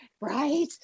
right